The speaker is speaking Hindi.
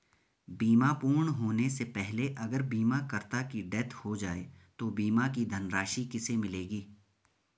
बीमा पूर्ण होने से पहले अगर बीमा करता की डेथ हो जाए तो बीमा की धनराशि किसे मिलेगी?